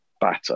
batter